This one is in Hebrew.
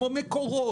כמו מקורות